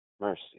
Mercy